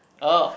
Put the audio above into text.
oh